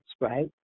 right